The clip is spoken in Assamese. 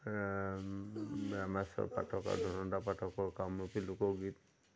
ৰামেশ্ৱৰ পাঠক আৰু ধনদা পাঠকৰ কামৰূপী লোকগীত